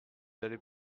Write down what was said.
d’aller